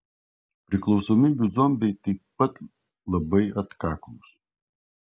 priklausomybių zombiai taip pat labai atkaklūs